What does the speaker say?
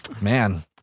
Man